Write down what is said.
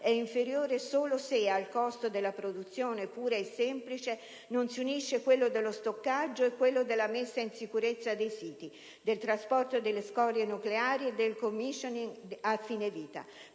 è inferiore solo se al costo della produzione pura e semplice non si unisce quello dello stoccaggio e quello della messa in sicurezza dei siti, del trasporto delle scorie nucleari e del *decommissioning* a fine vita.